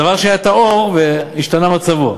דבר שהיה טהור והשתנה מצבו.